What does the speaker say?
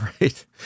right